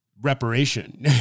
reparation